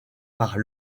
par